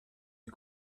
des